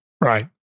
right